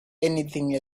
anything